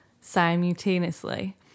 simultaneously